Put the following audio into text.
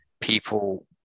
people